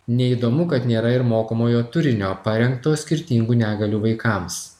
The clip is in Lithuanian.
neįdomu kad nėra ir mokomojo turinio parengto skirtingų negalių vaikams